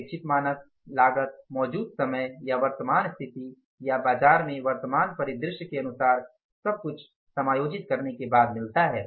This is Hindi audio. अपेक्षित मानक लागत मौजूदा समय या वर्तमान स्थिति या बाजार में वर्तमान परिदृश्य के अनुसार सब कुछ समायोजित करने के बाद मिलता है